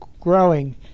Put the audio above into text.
growing